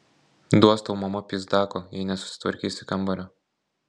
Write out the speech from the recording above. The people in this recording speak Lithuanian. duos tau mama pyzdako jei nesusitvarkysi kambario